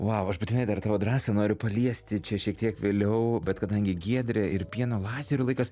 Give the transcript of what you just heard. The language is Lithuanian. vau aš būtinai dar tavo drąsą noriu paliesti čia šiek tiek vėliau bet kadangi giedrė ir pieno lazerių laikas